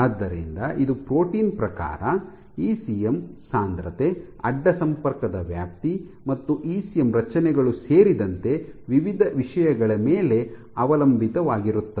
ಆದ್ದರಿಂದ ಇದು ಪ್ರೋಟೀನ್ ಪ್ರಕಾರ ಇಸಿಎಂ ಸಾಂದ್ರತೆ ಅಡ್ಡ ಸಂಪರ್ಕದ ವ್ಯಾಪ್ತಿ ಮತ್ತು ಇಸಿಎಂ ರಚನೆಗಳು ಸೇರಿದಂತೆ ವಿವಿಧ ವಿಷಯಗಳ ಮೇಲೆ ಅವಲಂಬಿತವಾಗಿರುತ್ತದೆ